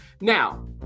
now